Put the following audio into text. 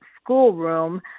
schoolroom